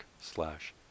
slash